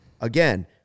Again